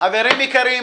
חברים יקרים,